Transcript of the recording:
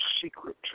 secret